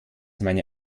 meine